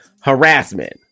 harassment